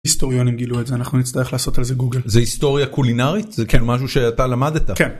היסטוריונים גילו את זה, אנחנו נצטרך לעשות על זה גוגל. זה היסטוריה קולינארית? זה כן משהו שאתה למדת. כן.